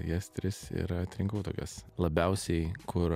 jas tris ir atrinkau tokias labiausiai kur